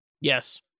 Yes